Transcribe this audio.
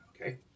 Okay